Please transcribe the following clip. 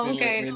Okay